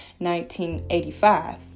1985